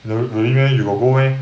the really meh you got go meh